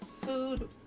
food